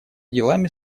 делами